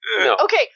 Okay